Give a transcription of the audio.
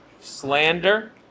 slander